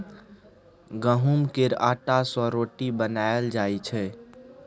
गहुँम केर आँटा सँ रोटी बनाएल जाइ छै